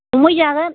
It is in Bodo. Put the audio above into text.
हमहै जागोन